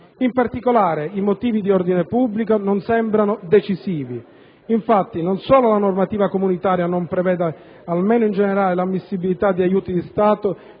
In particolare, i motivi di ordine pubblico non sembrano decisivi. Infatti, non solo la normativa comunitaria non prevede, almeno in generale, l'ammissibilità di aiuti di Stato